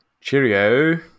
cheerio